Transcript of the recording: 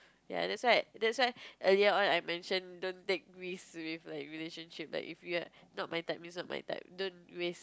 ya that's why that's why earlier on I mention don't take risk with like relationship like if you're not my type means not my type don't waste